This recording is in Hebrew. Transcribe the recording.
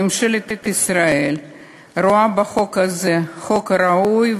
ממשלת ישראל רואה בחוק הזה חוק ראוי,